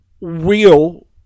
real